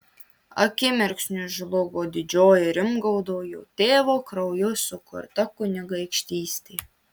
akimirksniu žlugo didžioji rimgaudo jo tėvo krauju sukurta kunigaikštystė